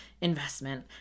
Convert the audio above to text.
investment